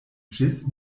ĝis